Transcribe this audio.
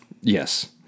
Yes